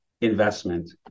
investment